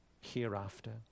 hereafter